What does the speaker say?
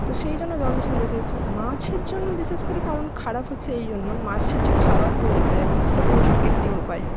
তো সেই জন্য জল দূষণ বেশি হচ্ছে মাছের জন্য বিশেষ করে কারণ খারাপ হচ্ছে এই জন্য মাছের যে খাবার তৈরি হয় এখন সেটা প্রচুর কৃত্রিম উপায়ে